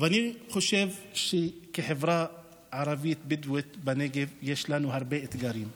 אני חושב שכחברה ערבית-בדואית בנגב יש לנו הרבה אתגרים חברתיים,